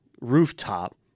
rooftop